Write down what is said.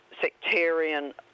sectarian